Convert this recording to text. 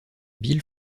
bill